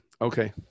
okay